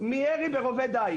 מירי ברובי דיג.